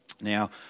Now